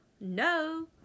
no